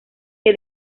que